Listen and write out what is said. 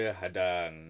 hadang